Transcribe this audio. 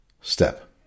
step